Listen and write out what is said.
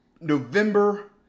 November